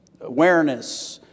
awareness